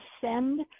send